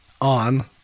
on